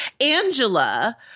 Angela